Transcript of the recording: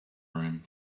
room